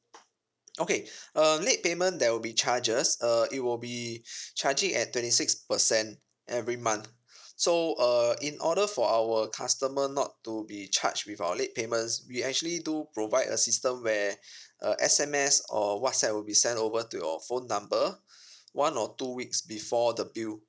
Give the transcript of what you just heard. okay um late payment there will be charges uh it will be charging at twenty six percent every month so err in order for our customer not to be charged with our late payments we actually do provide a system where a sms or a whatsapp will be sent over to your phone number one or two weeks before the bill